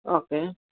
okay